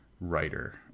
writer